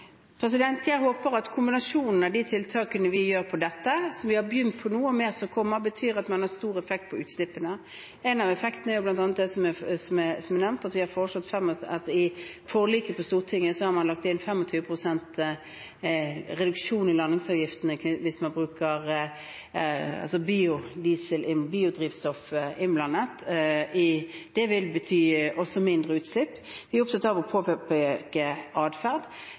Jeg håper at kombinasjonen av de tiltakene vi gjør med dette – som vi har begynt på nå og som det kommer mer av – betyr at man har stor effekt på utslippene. En av effektene er bl.a. det som er nevnt, at i forliket på Stortinget har man lagt inn 25 pst. reduksjon i landingsavgiftene hvis man bruker biodrivstoff innblandet i drivstoffet. Det vil også bety mindre utslipp. Vi er opptatt av å påpeke atferd.